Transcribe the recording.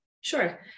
Sure